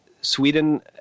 Sweden